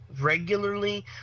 regularly